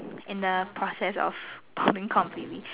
in the process of balding completely